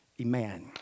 Amen